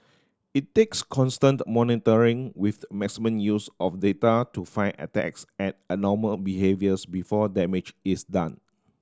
it takes constant monitoring with maximum use of data to find attacks and abnormal behaviours before damage is done